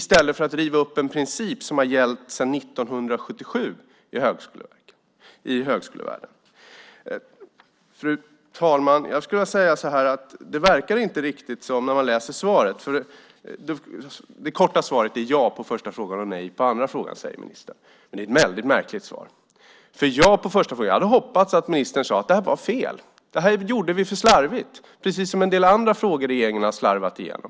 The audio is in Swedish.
Nu rev man i stället upp en princip som har gällt sedan 1977 i högskolevärlden. Fru talman! Det korta svaret är ja på den första frågan och nej på den andra, säger ministern. Det är ett väldigt märkligt svar. När det gäller den första frågan hoppades jag att ministern skulle säga att detta var fel och att man gjort detta för slarvigt, precis som en del andra frågor som regeringen slarvat igenom.